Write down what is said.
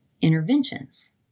interventions